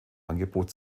angebot